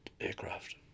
aircraft